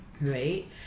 Right